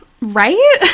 right